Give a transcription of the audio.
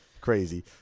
crazy